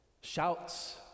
shouts